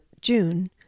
June